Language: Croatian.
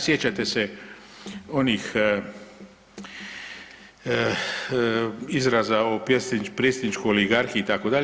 Sjećate se onih izraza o predsjedničkoj oligarhiji itd.